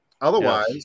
Otherwise